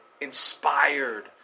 inspired